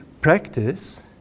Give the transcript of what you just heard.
practice